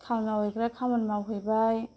खामानि मावग्राफ्रा खामानि मावहैबाय